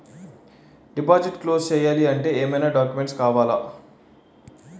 Deposit close చేయాలి అంటే ఏమైనా డాక్యుమెంట్స్ కావాలా?